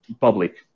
public